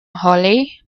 hollie